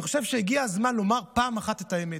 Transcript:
אני חושב שהגיע הזמן לומר פעם אחת את האמת,